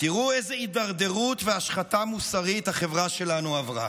תראו איזה הידרדרות והשחתה מוסרית החברה שלנו עברה: